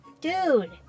Dude